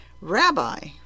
Rabbi